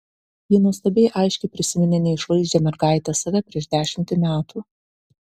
ji nuostabiai aiškiai prisiminė neišvaizdžią mergaitę save prieš dešimtį metų